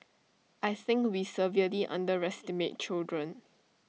I think we severely underestimate children